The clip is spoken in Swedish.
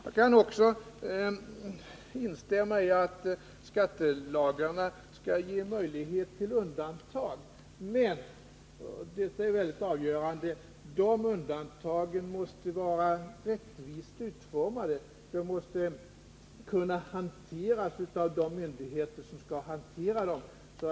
Jag kan instämma i att skattelagarna skall ge möjlighet till undantag. Men — och detta är väldigt avgörande — de undantagen måste vara rättvist utformade. De måste kunna hanteras av de myndigheter som skall handlägga sådana här frågor.